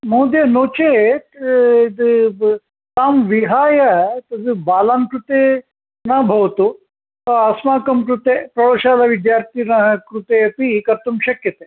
महोदय नो चेत् तां विहाय तद् बालान् कृते न भवतु अस्माकं कृते प्रौढशाला विद्यार्थिना कृते अपि कर्तुं शक्यते